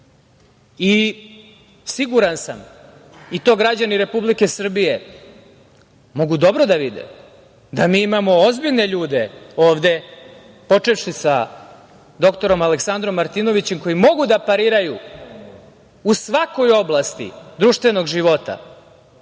sam, i to građani Republike Srbije mogu dobro da vide, da mi imamo ozbiljne ljude ovde, počevši sa dr Aleksandrom Martinovićem, koji mogu da pariraju u svakoj oblasti društvenog života,